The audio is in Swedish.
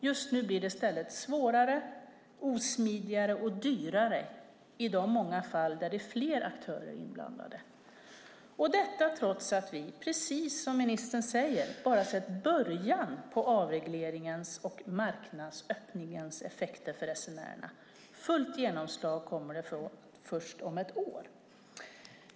Just nu blir det i stället svårare, osmidigare och dyrare i de många fall där det är flera aktörer inblandade - trots att vi, precis som ministern säger, bara har sett början på avregleringens och marknadsöppningens effekter för resenärerna. Fullt genomslag kommer det att få först om ett år.